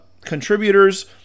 contributors